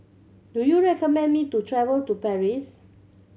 do you recommend me to travel to Paris